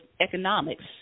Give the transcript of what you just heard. economics